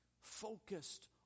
focused